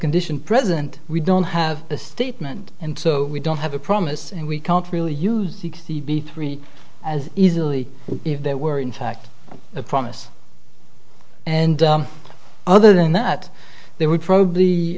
condition present we don't have a statement and so we don't have a promise and we can't really use the b three as easily if there were in fact a promise and other than that there would probably